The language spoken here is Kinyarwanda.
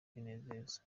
kwinezeza